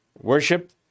worship